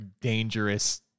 dangerous